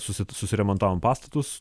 susi susiremontavom pastatus